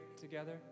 together